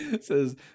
says